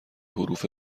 حروف